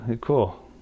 cool